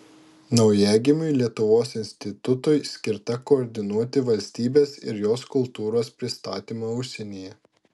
naujagimiui lietuvos institutui skirta koordinuoti valstybės ir jos kultūros pristatymą užsienyje